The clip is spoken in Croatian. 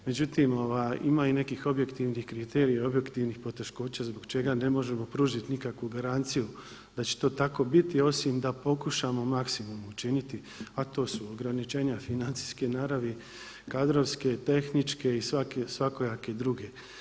Međutim ima i nekih objektivnih kriterija i objektivnih poteškoća zbog čega ne možemo pružiti nikakvu garanciju da će to tako biti osim da pokušamo maksimum učiniti, a to su ograničenja financijske naravi, kadrovske, tehničke i svakojake druge.